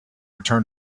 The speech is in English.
return